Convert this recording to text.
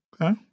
Okay